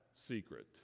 secret